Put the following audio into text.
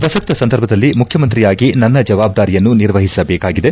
ಪ್ರಸಕ್ತ ಸಂದರ್ಭದಲ್ಲಿ ಮುಖ್ಯಮಂತ್ರಿಯಾಗಿ ನನ್ನ ಜವಾಬ್ದಾರಿಯನ್ನು ನಿರ್ವಹಿಸಬೇಕಾಗಿದೆ